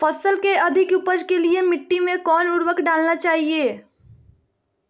फसल के अधिक उपज के लिए मिट्टी मे कौन उर्वरक डलना चाइए?